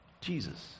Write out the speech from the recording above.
Jesus